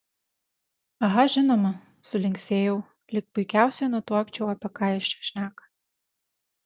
aha žinoma sulinksėjau lyg puikiausiai nutuokčiau apie ką jis čia šneka